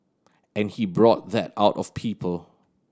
and he brought that out of people